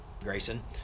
Grayson